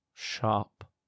sharp